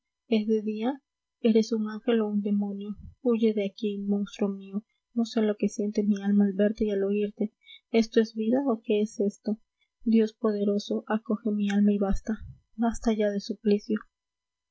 de día eres un ángel o un demonio huye de aquí monstruo mío no sé lo que siente mi alma al verte y al oírte esto es vida o qué es esto dios poderoso acoge mi alma y basta basta ya de